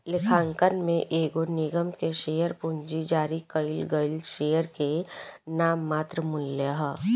लेखांकन में एगो निगम के शेयर पूंजी जारी कईल गईल शेयर के नाममात्र मूल्य ह